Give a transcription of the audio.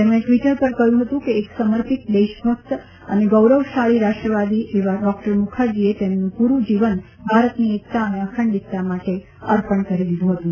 શ્રી મોદીએ ટ઼વીટર પર કહ્યું છે કે એક સમર્પિત દેશ ભક્ત અને ગૌરવશાળી રાષ્ટ્રવાદી એવા ડોકટર મુખર્જીએ તેમનું પૂરૂં જીવન ભારતની એકતા અને અખંડિતતા માટે અર્પણ કરી દીધું હતું